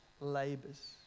labors